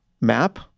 map